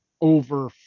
over